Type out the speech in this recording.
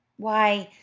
why,